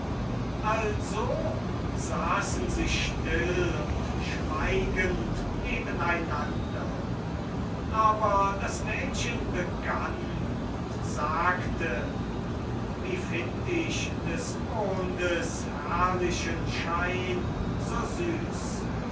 also saßen sie still und schweigend nebeneinander aber das mädchen begann und sagte wie find ich des mondes herrlichen schein so süß